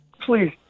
please